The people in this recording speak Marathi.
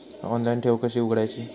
ऑनलाइन ठेव कशी उघडायची?